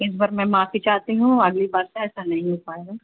اس بار میں معافی چاہتی ہوں اگلی بار سے ایسا نہیں ہو پائے گا